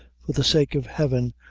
for the sake of heaven,